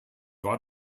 war